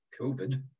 COVID